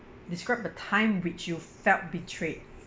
describe a time which you felt betrayed